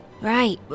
Right